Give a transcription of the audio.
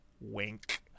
Wink